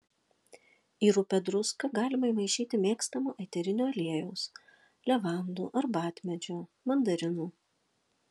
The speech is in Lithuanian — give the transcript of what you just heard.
į rupią druską galima įmaišyti mėgstamo eterinio aliejaus levandų arbatmedžio mandarinų